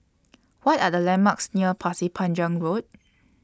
What Are The landmarks near Pasir Panjang Road